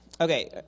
Okay